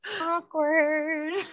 Awkward